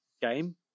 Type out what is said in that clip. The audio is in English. game